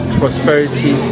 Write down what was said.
prosperity